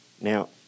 Now